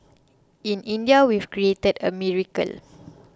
in India we've created a miracle